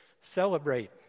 Celebrate